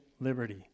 liberty